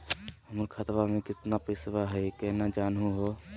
हमर खतवा मे केतना पैसवा हई, केना जानहु हो?